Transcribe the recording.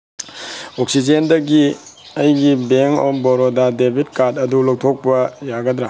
ꯑꯣꯛꯁꯤꯖꯦꯟꯗꯒꯤ ꯑꯩꯒꯤ bank of Baroda debit card ꯑꯗꯨ ꯂꯧꯊꯣꯛꯄ ꯌꯥꯒꯗ꯭ꯔꯥ